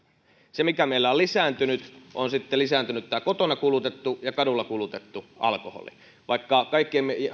se mikä meillä on lisääntynyt on sitten tämä kotona kulutettu ja kadulla kulutettu alkoholi vaikka kaikkien